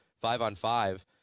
five-on-five